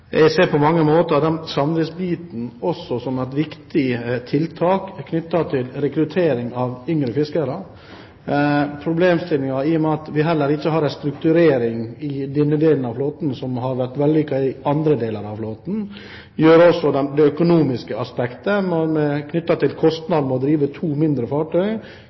Jeg ser på mange måter samdriftsbiten også som et viktig tiltak for rekruttering av yngre fiskere. Problemstillingen med at vi heller ikke har en strukturering i denne delen av flåten som har vært vellykket i andre deler av flåten, har også et økonomisk aspekt: kostnader med å drive to mindre fartøy.